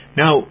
now